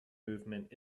movement